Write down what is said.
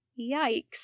Yikes